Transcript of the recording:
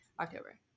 October